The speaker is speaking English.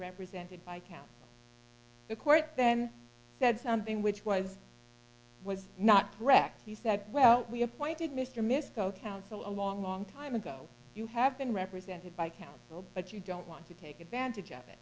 represented by counsel the court then said something which was not correct he said well we appointed mr misspoke counsel a long long time ago you have been represented by counsel but you don't want to take advantage of it